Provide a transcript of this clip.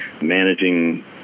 managing